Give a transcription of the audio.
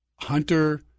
hunter